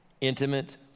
intimate